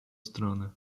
stronę